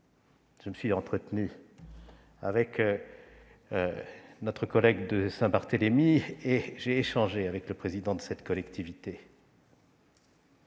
Je me suis entretenu avec notre collègue de Saint-Barthélemy et j'ai échangé avec le président de cette collectivité.